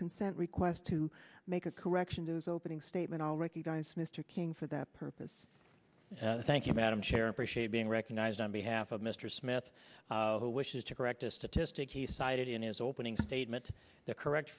consent request to make a correction to his opening statement all recognize mr king for that purpose thank you madam chair appreciate being recognized on behalf of mr smith who wishes to correct a statistic he cited in his opening statement the correct